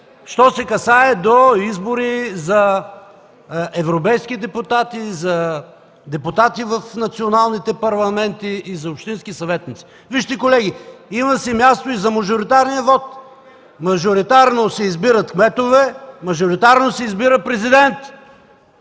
що се отнася до избори за европейски депутати, за депутати в националните парламенти и за общински съветници. Вижте, колеги, има си място и за мажоритарния вот. Мажоритарно се избират кметове, мажоритарно се избира президент.